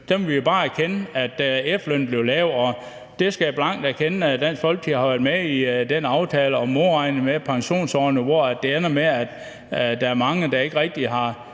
Der må vi bare erkende, og jeg skal blankt erkende, at Dansk Folkeparti har været med i den aftale om at modregne med pensionsårene, hvor det ender med, at der er mange, der ikke rigtig har